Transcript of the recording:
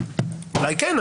אולי כן,